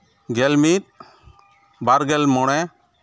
ᱜᱮᱞ ᱢᱤᱫ ᱵᱟᱨᱜᱮᱞ ᱢᱚᱬᱮ